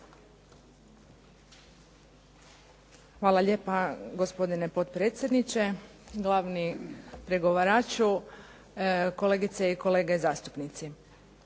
Hvala lijepa gospodine potpredsjedniče, glavni pregovaraču, kolegice i kolege zastupnici.